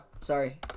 sorry